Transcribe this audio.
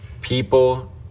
people